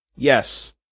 Yes